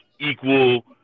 equal